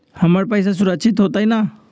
हमर पईसा सुरक्षित होतई न?